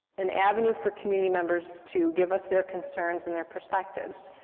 an avenue for community members to give us their concerns and their perspectives.